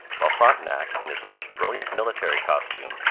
while frontenac, in his most brilliant military costume,